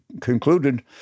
concluded